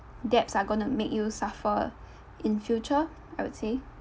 debts are gonna make you suffer in future I would say